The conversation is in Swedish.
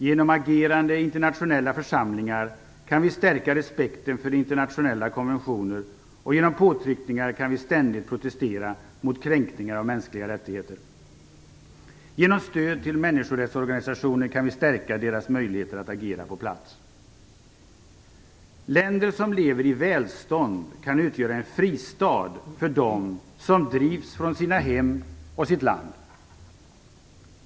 Genom agerande i internationella församlingar kan vi stärka respekten för internationella konventioner. Genom påtryckningar kan vi ständigt protestera mot kränkningar av mänskliga rättigheter. Genom stöd till människorättsorgansiationer kan vi stärka deras möjligheter att agera på plats. Länder som lever i välstånd kan utgöra en fristad för dem som drivs från sina hem och från sitt land.